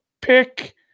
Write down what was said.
pick